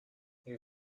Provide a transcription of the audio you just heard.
your